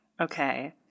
Okay